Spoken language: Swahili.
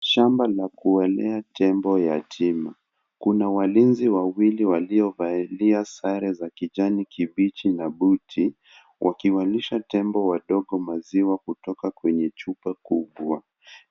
Shamba la kuwalea tembo yatima. Kuna walizi wawili waliovalia sare za kijani kibichi na buti wakiwalisha tembo wadogo maziwa kutoka kwenye chupa kubwa.